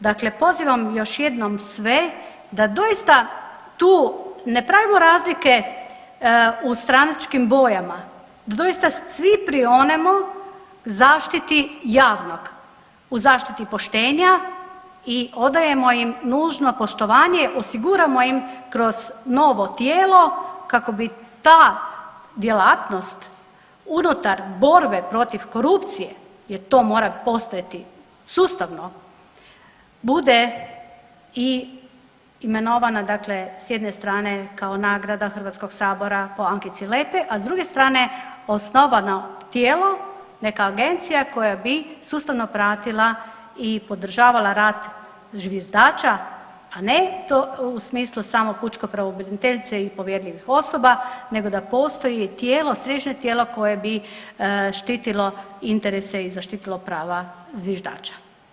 Dakle, pozivam još jednom sve da doista tu ne pravimo razlike u stranačkim bojama, da doista svi prionemo zaštiti javnog u zaštiti poštenja i odajemo im nužno poštovanje, osiguramo im kroz novo tijelo kako bi ta djelatnost unutar borbe protiv korupcije jer to mora postojati sustavno bude i imenovana, dakle s jedne strane kao nagrada Hrvatskog sabora po Ankici Lepej, a s druge strane osnovano tijelo, neka agencija koja bi sustavno pratila i podržavala rad zviždača a ne u smislu samo pučke pravobraniteljice i povjerljivih osoba, nego da postoji i tijelo, središnje tijelo koje bi štitilo interese i zaštitilo prava zviždača.